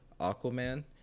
Aquaman